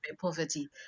poverty